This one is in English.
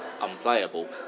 unplayable